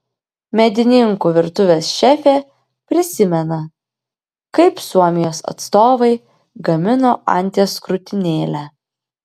medininkų virtuvės šefė prisimena kaip suomijos atstovai gamino anties krūtinėlę